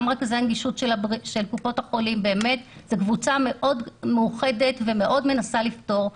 גם --- של קופות החולים זאת קבוצה מאוד מאוחדת ומאוד מנסה לפתור.